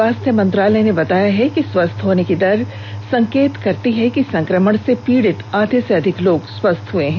स्वास्थ्य मंत्रालय ने बताया कि स्वस्थ होने की दर संकेत करती है कि संक्रमण से पीड़ित आधे से अधिक लोग स्वस्थ हो गए हैं